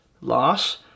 loss